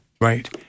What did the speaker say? Right